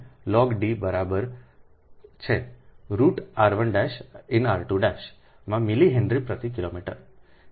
921 log d બરાબર છે root r 1 in r 2 માં મિલી હેનરી પ્રતિ કિલોમીટર